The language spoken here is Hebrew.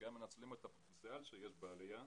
וגם מנצלים את הפוטנציאל שיש בעלייה.